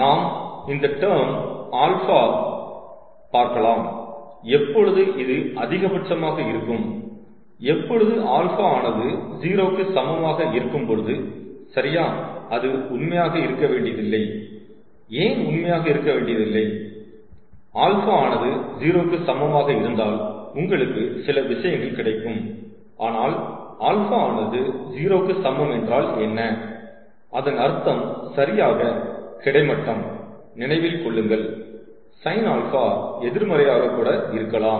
நாம் இந்த டெர்ம் α வை பார்க்கலாம் எப்பொழுது இது அதிகபட்சமாக இருக்கும் எப்பொழுது α ஆனது 0 க்கு சமம் ஆக இருக்கும்பொழுது சரியா அது உண்மையாக இருக்க வேண்டியதில்லை ஏன் உண்மையாக இருக்க வேண்டியதில்லை α ஆனது 0 க்கு சமம் ஆக இருந்தால் உங்களுக்கு சில விஷயங்கள் கிடைக்கும் ஆனால் α ஆனது 0 க்கு சமம் என்றால் என்ன அதன் அர்த்தம் சரியாக கிடைமட்டம் நினைவில் கொள்ளுங்கள் sin α எதிர்மறை ஆக கூட இருக்கலாம்